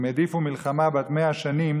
הם העדיפו מלחמה בת 100 שנים